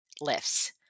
lifts